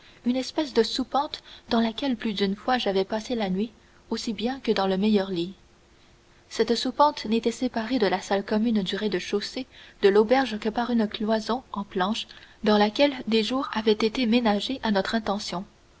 une espèce de soupente dans laquelle plus d'une fois j'avais passé la nuit aussi bien que dans le meilleur lit cette soupente n'était séparée de la salle commune du rez-de-chaussée de l'auberge que par une cloison en planches dans laquelle des jours avaient été ménagés à notre intention